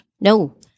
No